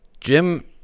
Jim